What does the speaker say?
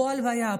פה הלוויה,